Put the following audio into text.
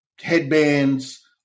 headbands